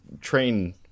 train